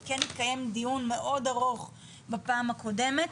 כי כן התקיים דיון מאוד ארוך בפעם הקודמת.